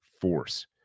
force